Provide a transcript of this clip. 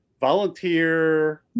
volunteer